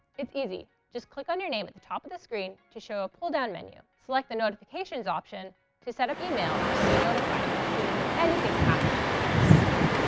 it's easy. just click on your name at the top of the screen to show a pull-down menu. select the notifications option to set up email to be notified as soon as anythings happening in your courses.